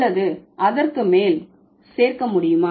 அல்லது அதற்கு மேல் சேர்க்க முடியுமா